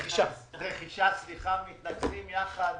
וגם מס רכישה, מתנקזים יחד